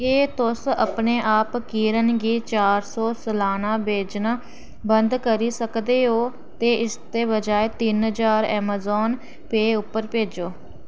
केह् तुस अपने आप किरण गी चार सौ सलाना भेजना बंद करी सकदे ओ ते इसदे बजाए तिन ज्हार अमेज़ॉन पेऽ उप्पर भेजो